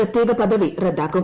പ്രത്യേകപദവി റദ്ദാകും